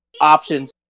options